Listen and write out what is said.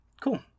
cool